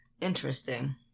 Interesting